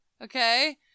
okay